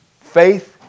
Faith